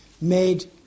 made